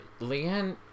Leanne